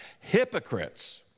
hypocrites